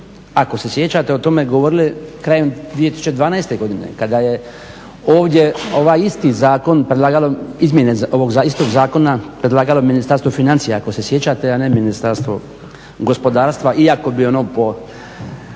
ako se sjećate o tome govorili krajem 2012.godine kada je ovdje ovaj isti zakon predlagalo, izmjene ovog istog zakona predlagao Ministarstvo financija ako se sjećate a ne Ministarstvo gospodarstva iako bi ono po